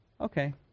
okay